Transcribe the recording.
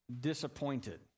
disappointed